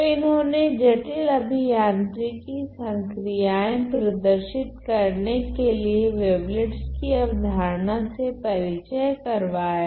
तो इन्होने जटिल अभियांत्रिकी संक्रियाऐ प्रदर्शित करने के लिए वेवलेट्स की अवधारणा से परिचय करवाया